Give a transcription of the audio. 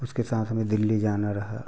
उसके साथ हमें दिल्ली जाना रहा